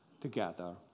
together